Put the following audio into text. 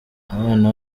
abana